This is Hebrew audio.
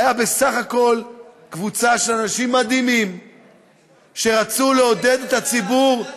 שהיה בסך הכול קבוצה של אנשים מדהימים שרצו לעודד את הציבור,